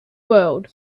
world